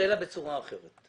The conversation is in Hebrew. איך אני עושה פרוצדורלית.